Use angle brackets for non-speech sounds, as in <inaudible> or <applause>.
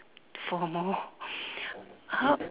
four more <laughs> how